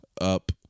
up